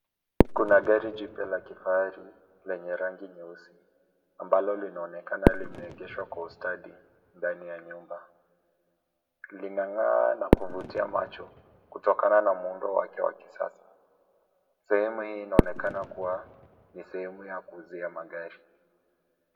Kuna gari jipya la kifahari, lenye rangi nyeusi, ambalo linaonekana limeegeshwa kwa ustadi ndani ya nyumba. Linang'aa na kuvutia macho kutokana na muundo wake wa kisasa. Sehemu hii inaonekana kuwa, ni sehemu ya kuuzia magari.